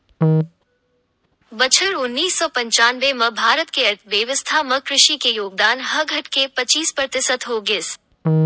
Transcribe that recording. बछर उन्नीस सौ पंचानबे म भारत के अर्थबेवस्था म कृषि के योगदान ह घटके पचीस परतिसत हो गिस